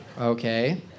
Okay